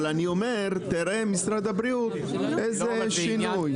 אבל תראה עם משרד הבריאות איזה שינוי.